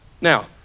now